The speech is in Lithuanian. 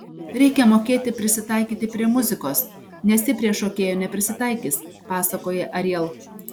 reikia mokėti prisitaikyti prie muzikos nes ji prie šokėjo neprisitaikys pasakoja ariel